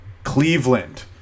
Cleveland